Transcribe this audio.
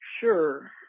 Sure